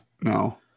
No